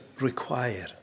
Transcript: require